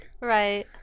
Right